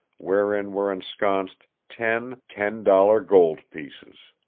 wherein were ensconced ten ten-dollar gold pieces.